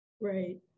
Right